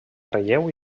relleu